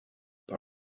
par